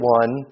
one